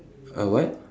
a what